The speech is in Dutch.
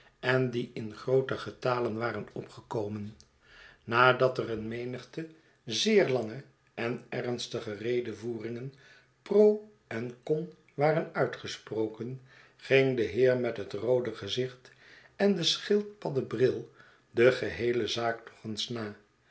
en die in grooten getale waren opgekomen nadat er een menigte zeer lange en ernstige redevoeringen pro en co n waren uitgesproken ging de heer met het roode gezicht en den schildpadden bril de geheele zaak nog eens na